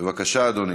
בבקשה, אדוני.